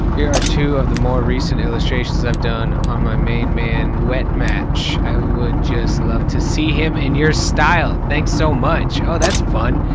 here are two of the more recent illustrations i've done on my main man wetmatch. i would just love to see him in your style. thanks so much! oh, that's fun.